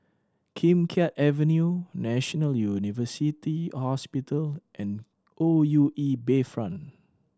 Kim Keat Avenue National University Hospital and O U E Bayfront